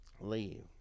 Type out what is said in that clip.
leave